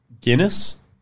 Guinness